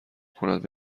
کند